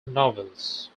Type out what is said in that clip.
novels